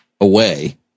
away